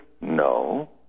No